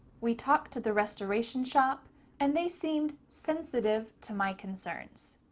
we talked to the restoration shop and they seemed sensitive to my concerns.